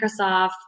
Microsoft